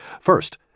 First